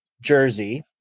jersey